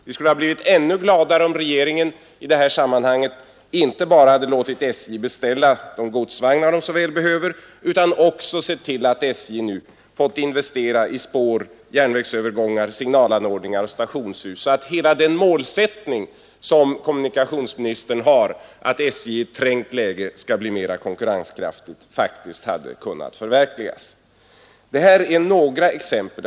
Vi skulle ha blivit ännu gladare om regeringen i detta sammanhang inte bara låtit SJ beställa de godsvagnar det så väl behöver utan också sett till att SJ nu fått investera i spår, järnvägsövergångar, signalanordningar, stationshus osv., så att hela den målsättning som kommunikationsministern har att SJ i trängt läge skall bli mera konkurrenskraftigt hade kunnat förverkligas. Detta är några exempel.